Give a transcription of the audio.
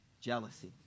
Jealousy